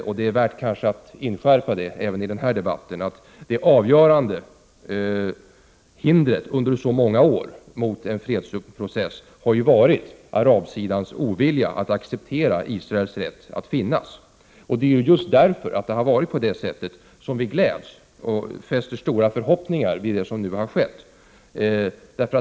Det är kanske värt att inskärpa äveni 15 november 1988 den här debatten att det avgörande hindret under alla år mot en fredsprocess har varit arabsidans ovilja att acceptera Israels rätt att finnas. Det är just därför som vi nu glädjs åt och fäster stora förhoppningar vid det som har skett.